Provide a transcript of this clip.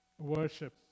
worship